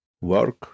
Work